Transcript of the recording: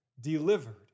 delivered